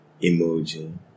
emoji